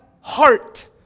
heart